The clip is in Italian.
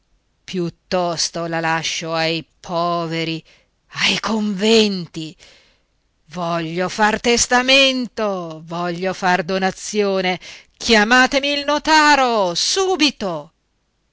piuttosto la lascio ai poveri ai conventi voglio far testamento voglio far donazione chiamatemi il notaro subito